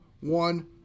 one